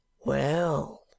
Well